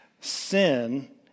sin